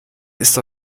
ist